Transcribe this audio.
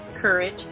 courage